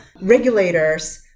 regulators